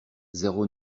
zéro